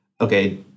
okay